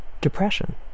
depression